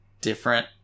different